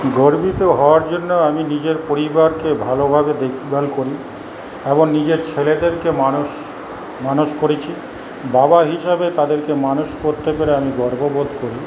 গর্বিত হওয়ার জন্য আমি নিজের পরিবারকে ভালোভাবে দেখভাল করি আমার নিজের ছেলেদেরকে মানুষ মানুষ করেছি বাবা হিসেবে তাদেরকে মানুষ করতে পেরে আমি গর্ব বোধ করি